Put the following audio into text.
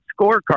scorecard